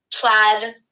plaid